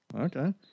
Okay